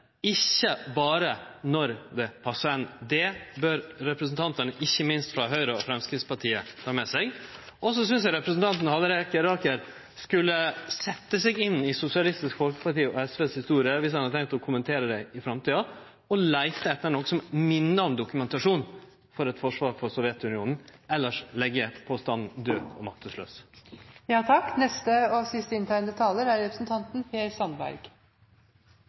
ikkje berre når det passar ein. Det bør representantane, ikkje minst frå Høgre og Framstegspartiet, ta med seg. Så synest eg representanten Halleraker skulle setje seg inn i Sosialistisk Folkepartis og SVs historie, viss han har tenkt å kommentere det i framtida, og leite etter noko som minner om dokumentasjon for eit forsvar for Sovjetunionen. Elles legg eg påstanden daud og